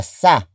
sa